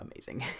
amazing